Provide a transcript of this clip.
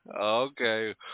Okay